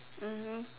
mmhmm